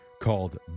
called